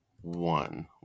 One